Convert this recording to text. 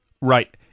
Right